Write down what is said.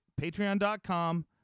Patreon.com